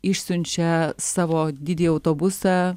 išsiunčia savo didįjį autobusą